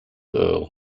earl